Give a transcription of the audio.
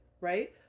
right